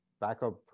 backup